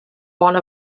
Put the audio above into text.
one